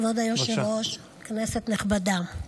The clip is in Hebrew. כבוד היושב-ראש, כנסת נכבדה,